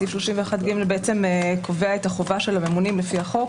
סעיף 31ג קובע את החובה של הממונים לפי החוק,